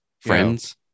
friends